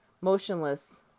motionless